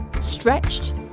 stretched